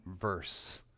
verse